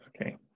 Okay